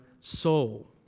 soul